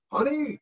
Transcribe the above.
Honey